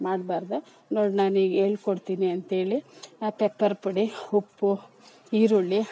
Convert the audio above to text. ಮಾಡ್ಬಾರ್ದು ನೋಡು ನಾನೀಗ ಹೇಳ್ಕೊಡ್ತೀನಿ ಅಂಥೇಳಿ ಪೆಪ್ಪರ್ ಪುಡಿ ಉಪ್ಪು ಈರುಳ್ಳಿ